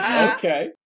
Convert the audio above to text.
okay